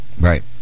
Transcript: right